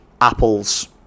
apples